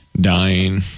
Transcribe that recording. Dying